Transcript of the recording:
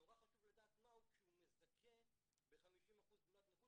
נורא חשוב לדעת מהו כשהוא מזכה ב-50% גמלת נכות,